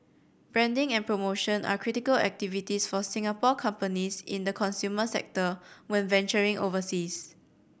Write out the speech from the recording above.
branding and promotion are critical activities for Singapore companies in the consumer sector when venturing overseas